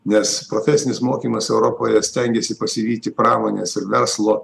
nes profesinis mokymas europoje stengiasi pasivyti pramonės ir verslo